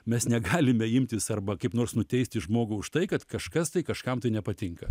mes negalime imtis arba kaip nors nuteisti žmogų už tai kad kažkas tai kažkam tai nepatinka